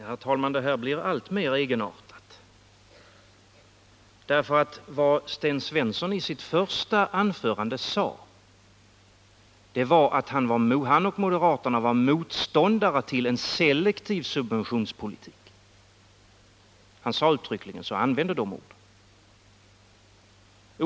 Herr talman! Det här blir allt mer egenartat. Vad Sten Svensson sade i sitt första anförande var ju att han och moderaterna var motståndare till en selektiv subventionspolitik. Han sade uttryckligen så — använde de orden.